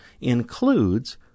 includes